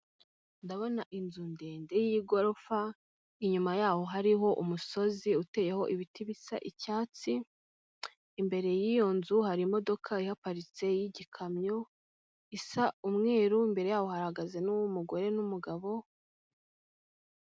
Ndabona inzu ndende y'igorofa, inyuma yaho hariho umusozi uteyeho ibiti bisa icyatsi, imbere y'iyo nzu hari imodoka iparitse y'igikamyo isa umweru, imbere yawo hahagaze n'uw'umugore n'umugabo.